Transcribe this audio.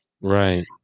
Right